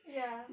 ya